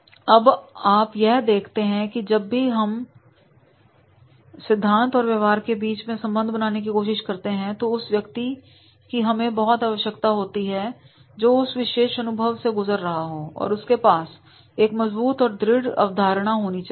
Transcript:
अब आप यह देखते हैं कि जब भी हम सिद्धांत और व्यवहार के बीच में संबंध बनाने की कोशिश करते हैं तो उस व्यक्ति की हमें बहुत आवश्यकता होती है जो उस विशेष अनुभव से गुजर रहा हो और उसके पास एक मजबूत और दृढ़ अवधारणा होनी चाहिए